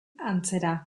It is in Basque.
antzera